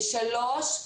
שלוש,